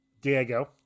Diego